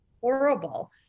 horrible